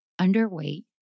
underweight